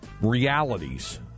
realities